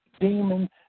demon